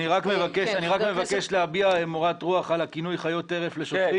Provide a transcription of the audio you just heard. אני מבקש להביע מורת רוח על הכינוי 'חיות טרף' לשוטרים,